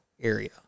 area